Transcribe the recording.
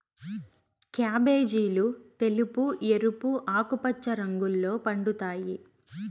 క్యాబేజీలు తెలుపు, ఎరుపు, ఆకుపచ్చ రంగుల్లో పండుతాయి